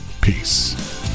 Peace